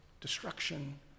destruction